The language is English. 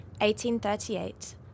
1838